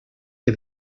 que